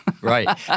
Right